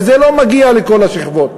וזה לא מגיע לכל השכבות.